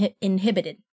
inhibited